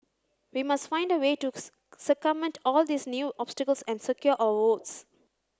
we must find a way to circumvent all these new obstacles and secure our votes